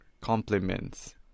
compliments